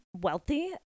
wealthy